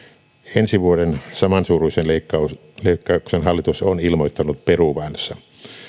ensi vuoden samansuuruisen leikkauksen hallitus on ilmoittanut peruvansa